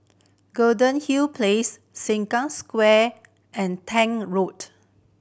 Golden Hill Place Sengkang Square and Tank Road